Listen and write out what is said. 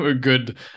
good